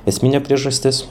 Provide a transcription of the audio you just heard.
esminė priežastis